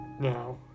Now